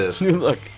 Look